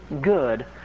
good